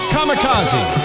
Kamikaze